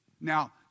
Now